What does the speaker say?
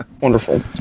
wonderful